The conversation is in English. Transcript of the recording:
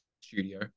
studio